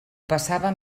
passava